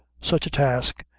such a task,